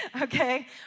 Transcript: okay